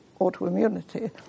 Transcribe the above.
autoimmunity